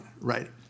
right